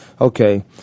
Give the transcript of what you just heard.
Okay